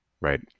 right